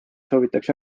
soovitakse